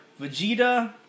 Vegeta